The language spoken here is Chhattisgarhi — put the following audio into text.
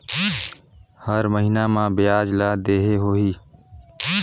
हर महीना मा ब्याज ला देहे होही?